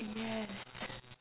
yes